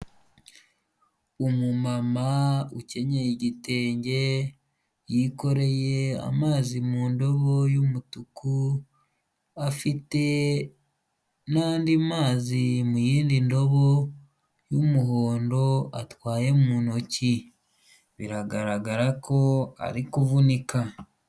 Umumama ukenyeye igitenge, yikoreye amazi mu ndobo y'umutuku, afite n'andi mazi mu yindi ndobo y'umuhondo atwaye mu ntoki, biragaragara ko ari kuvunika.